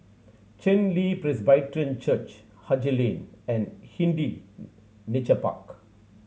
Chen Li Presbyterian Church Haji Lane and Hindhede Nature Park